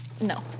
no